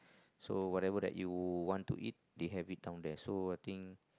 so whatever that you want to eat they have it down there so I think